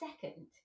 second